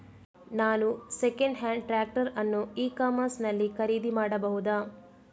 ನಾನು second hand tractor ಅನ್ನು e commerce ನಲ್ಲಿ ಖರೀದಿ ಮಾಡಬಹುದಾ?